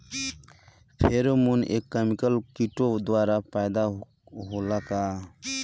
Pheromone एक chemical किटो द्वारा पैदा होला का?